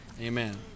Amen